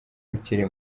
ukiri